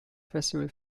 festival